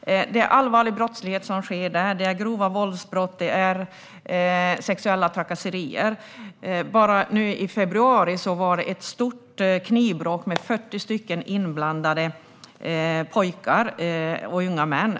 Det är allvarlig brottslighet som sker där; det är grova våldsbrott och sexuella trakasserier. Bara nu i februari var det ett stort knivbråk med 40 inblandade pojkar och unga män.